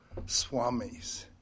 swamis